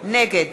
נגד